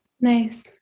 Nice